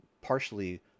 partially